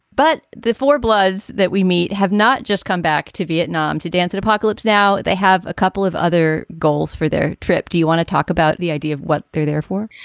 but the four bloods that we meet have not just come back to vietnam to dance in apocalypse now. they have a couple of other goals for their trip. do you want to talk about the idea of what they're there for?